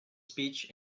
speech